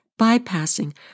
bypassing